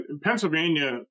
Pennsylvania